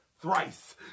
thrice